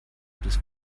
bis